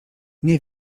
nie